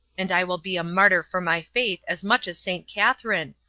and i will be a martyr for my faith as much as st. catherine,